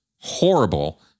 horrible